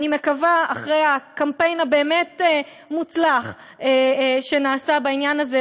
אני מקווה שאחרי הקמפיין הבאמת-מוצלח שנעשה בעניין הזה,